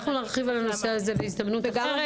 אנחנו נרחיב על הנושא הזה בהזדמנות אחרת,